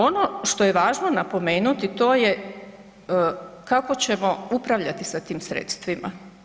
Ono što je važno napomenuti to je kako ćemo upravljati sa tim sredstvima.